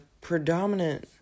predominant